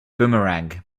boomerang